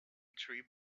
tree